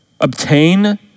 obtain